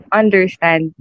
understand